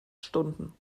stunden